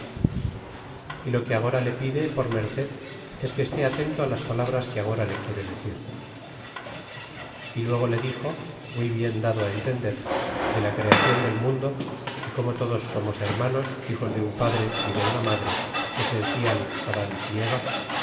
e lo que agora le pide por merced es que este atento las palabras que agora le quiere decir v luego le dixo muy bien dado entender de la creacion del mundo é como todos somos hermanos hijos de un padre y de una madre que se decian adan y eva